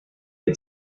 had